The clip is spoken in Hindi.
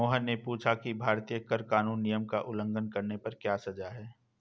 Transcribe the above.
मोहन ने पूछा कि भारतीय कर कानून नियम का उल्लंघन करने पर क्या सजा है?